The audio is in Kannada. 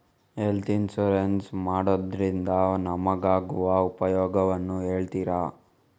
ಹೆಲ್ತ್ ಇನ್ಸೂರೆನ್ಸ್ ಮಾಡೋದ್ರಿಂದ ನಮಗಾಗುವ ಉಪಯೋಗವನ್ನು ಹೇಳ್ತೀರಾ?